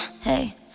Hey